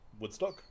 Woodstock